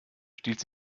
stiehlt